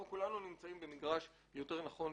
אנחנו כולנו נמצאים במגרש יותר נכון,